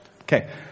Okay